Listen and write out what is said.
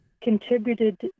contributed